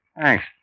Thanks